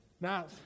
Now